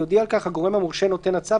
יודיע על כך הגורם המורשה נותן הצו